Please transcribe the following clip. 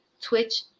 Twitch